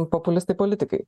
populistai politikai